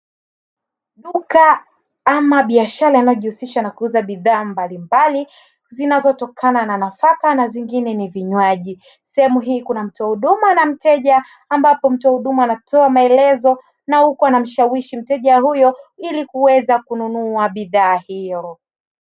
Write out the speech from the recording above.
Duka ama biashara inayojihusisha na kuuza bidhaa mbalimbali, zinazotokana na nafaka na zingine ni vinywaji. Sehemu hii kuna mtu huduma na mteja, ambapo mtu huduma anatoa maelezo na huku anamshawishi mteja huyo ili kuweza kununua bidhaa hiyo.